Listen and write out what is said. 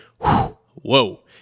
whoa